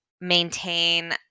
maintain